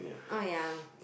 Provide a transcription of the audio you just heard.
oh ya